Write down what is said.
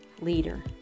leader